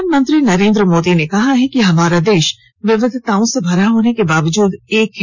प्रधानमंत्री नरेंद्र मोदी ने कहा कि हमारा देश विविधताओं से भरा होने के बावजूद एक है